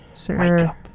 Sir